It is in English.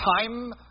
time